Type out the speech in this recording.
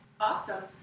Awesome